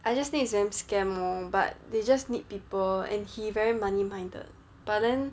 I just think it's damn scam lor but they just need people and he very money-minded but then